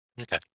Okay